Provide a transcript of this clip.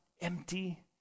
empty